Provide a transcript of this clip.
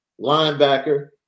linebacker